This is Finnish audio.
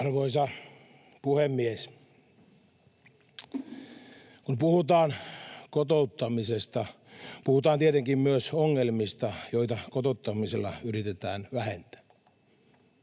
Arvoisa puhemies! Kun puhutaan kotouttamisesta, puhutaan tietenkin myös ongelmista, joita kotouttamisella yritetään vähentää.